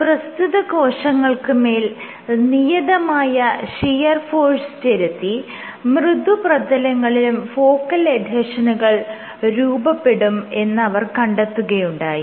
പ്രസ്തുത കോശങ്ങൾക്ക് മേൽ നിയതമായ ഷിയർ ഫോഴ്സ് ചെലുത്തി മൃദുപ്രതലങ്ങളിലും ഫോക്കൽ എഡ്ഹെഷനുകൾ രൂപപ്പെടും എന്ന് അവർ കണ്ടെത്തുകയുണ്ടായി